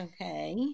Okay